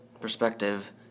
perspective